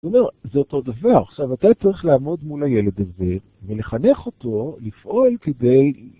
זאת אותו דבר, עכשיו אתה צריך לעמוד מול הילד הזה ולחנך אותו לפעול כדי...